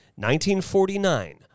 1949